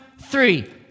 three